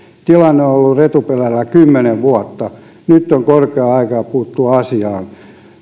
tilanne on ollut retuperällä kymmenen vuotta nyt on korkea aika puuttua asiaan